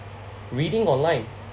reading online